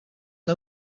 was